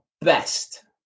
Best